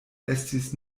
estis